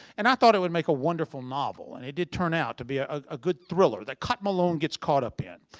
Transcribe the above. and i thought it would make a wonderful novel. and it did turn out to be ah a good thriller that cotton malone gets caught up in.